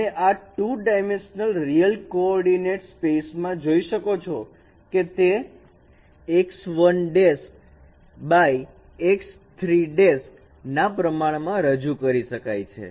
તમે આ 2 dimensional real coordinate સ્પેસમાં જોઈ શકો છો કે તે ના પ્રમાણમાં રજૂ કરી શકાય છે